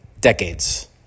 decades